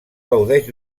gaudeix